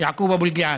יעקוב אבו אלקיעאן,